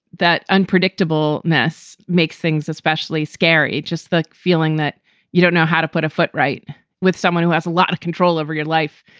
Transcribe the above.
that unpredictable mess makes things especially scary, just the feeling that you don't know how to put a foot right with someone who has a lot of control over your life.